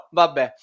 vabbè